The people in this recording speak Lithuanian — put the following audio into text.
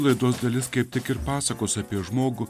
laidos dalis kaip tik ir pasakos apie žmogų